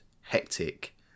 hectic